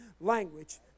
language